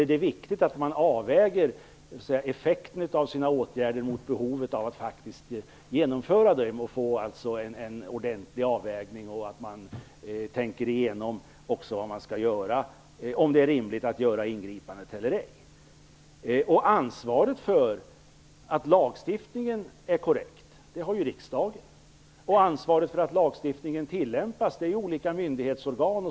Det är viktigt att man avväger effekten av sina åtgärder mot behovet av att faktiskt genomföra dem och att det blir en ordentlig avvägning. Man bör tänka igenom vad det är man skall göra och om det är rimligt att ingripa eller ej. Ansvaret för att lagstiftningen är korrekt har riksdagen. Ansvaret för att lagstiftningen tillämpas ligger hos olika myndighetsorgan.